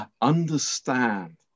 Understand